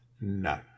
no